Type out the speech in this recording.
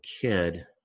kid